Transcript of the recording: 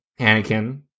Anakin